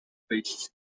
wyjść